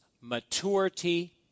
maturity